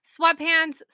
sweatpants